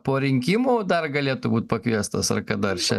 po rinkimų dar galėtų būt pakviestas ar kada ar čia